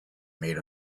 made